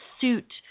suit